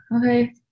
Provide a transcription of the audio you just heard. Okay